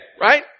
right